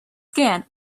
scan